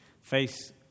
face